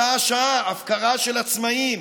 שעה-שעה, הפקרה של עצמאים.